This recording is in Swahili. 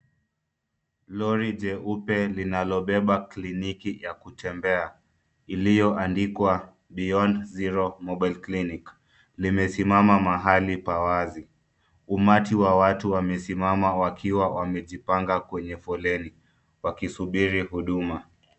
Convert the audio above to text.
Lori jeupe linalobeba kliniki ya kutembea iliyoandikwa Beyond Zero Mobile Clinic limesimama mahali pa wazi. Umati wa watu wamesimama wakiwa wamejipanga kwenye foleni wakisubiri huduma.